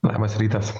labas rytas